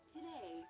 Today